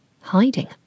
hiding